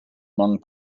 among